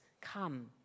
come